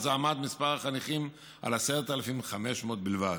אז היה מספר החניכים 10,500 בלבד.